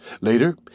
Later